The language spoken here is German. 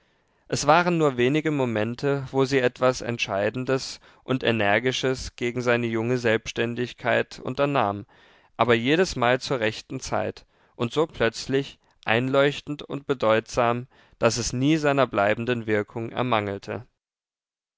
es waren nur wenige momente wo sie etwas entscheidendes und energisches gegen seine junge selbständigkeit unternahm aber jedesmal zur rechten zeit und so plötzlich einleuchtend und bedeutsam daß es nie seiner bleibenden wirkung ermangelte